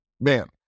man